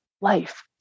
life